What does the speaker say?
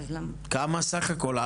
כמה סך הכל?